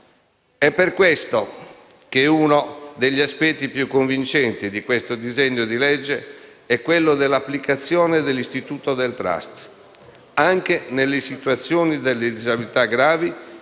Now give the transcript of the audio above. È per questo che uno degli aspetti più convincenti del disegno di legge è l'applicazione dell'istituto del *trust* anche alle situazioni di disabilità gravi,